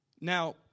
Now